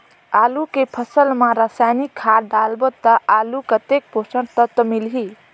आलू के फसल मा रसायनिक खाद डालबो ता आलू कतेक पोषक तत्व मिलही?